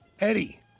Eddie